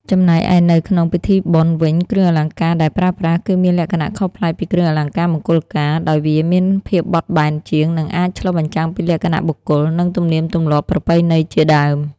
ចំណែកឯនៅក្នងពិធីបុណ្យវិញគ្រឿងអលង្ការដែរប្រើប្រាស់ គឺមានលក្ខណៈខុសប្លែកពីគ្រឿងអលង្ការមង្គលការ ដោយវាមានភាពបត់បែនជាង និង អាចឆ្លុះបញ្ចាំងពីលក្ខណៈបុគ្គល និង ទំនៀមទម្លាប់ប្រពៃណីជាដើម។